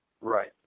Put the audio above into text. Right